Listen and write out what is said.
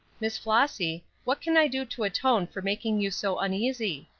miss flossy, what can i do to atone for making you so uneasy?